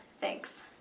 thanks